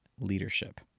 leadership